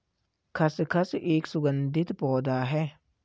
खसखस एक सुगंधित पौधा है